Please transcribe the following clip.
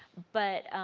but,